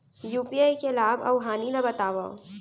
UPI के लाभ अऊ हानि ला बतावव